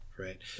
Right